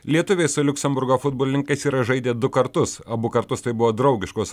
lietuviai su liuksemburgo futbolininkais yra žaidę du kartus abu kartus tai buvo draugiškos